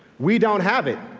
we don't have it.